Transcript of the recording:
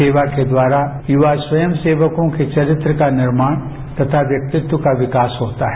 सेवा के द्वारा युवा स्वयं सेवकों के चरित्र का निर्माण तथा व्यक्तित्व का विकास होता है